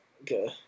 Okay